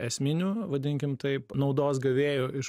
esminiu vadinkim taip naudos gavėju iš